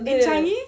in changi